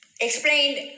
explained